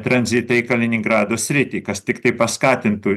tranzitą į kaliningrado sritį kas tiktai paskatintų